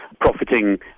profiting